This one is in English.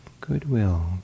goodwill